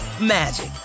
magic